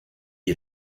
est